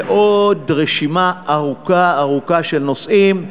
ועוד רשימה ארוכה ארוכה של נושאים.